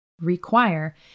require